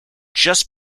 just